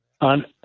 on